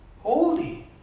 holy